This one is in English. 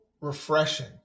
refreshing